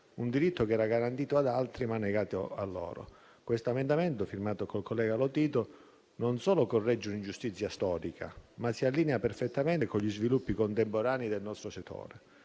un diritto che era garantito ad altri, ma negato a loro. Questo emendamento, firmato con il collega Lotito, non solo corregge un'ingiustizia storica, ma si allinea perfettamente con gli sviluppi contemporanei del nostro settore.